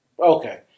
Okay